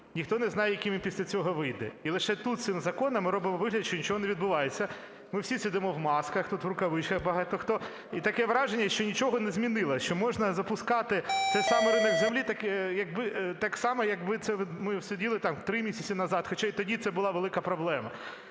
Ніхто не знає, яким він після цього вийде. І лише тут цим законом ми робимо вигляд, що нічого не відбувається. Ми всі сидимо в масках, тут в рукавичках багато хто, і таке враження, що нічого не змінилося, що можна запускати цей самий ринок землі так само, якби це ми сиділи там три місяці назад, хоча і тоді це була велика проблема.